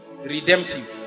Redemptive